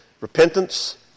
Repentance